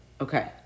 okay